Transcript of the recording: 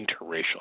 interracial